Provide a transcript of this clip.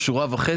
הוא שורה וחצי.